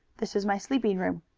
this is my sleeping room.